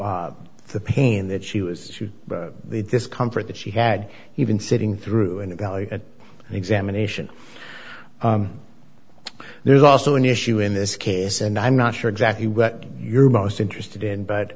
the pain that she was to the discomfort that she had even sitting through and evaluated and examination there's also an issue in this case and i'm not sure exactly what you're most interested in but